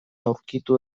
aurkitu